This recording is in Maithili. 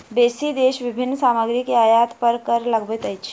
बेसी देश विभिन्न सामग्री के आयात पर कर लगबैत अछि